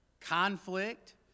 conflict